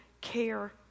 care